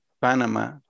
Panama